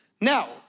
Now